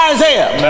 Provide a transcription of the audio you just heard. Isaiah